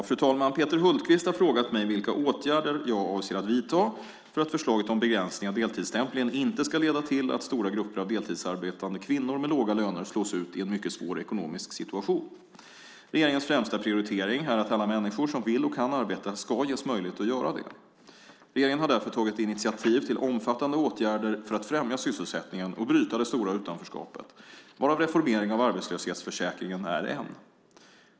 Fru talman! Peter Hultqvist har frågat mig vilka åtgärder jag avser att vidta för att förslaget om begränsning av deltidsstämplingen inte ska leda till att stora grupper av deltidsarbetande kvinnor med låga löner slås ut i en mycket svår ekonomisk situation. Regeringens främsta prioritering är att alla människor som vill och kan arbeta ska ges möjlighet att göra det. Regeringen har därför tagit initiativ till omfattande åtgärder för att främja sysselsättningen och bryta det stora utanförskapet, varav reformering av arbetslöshetsförsäkringen är en.